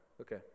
Okay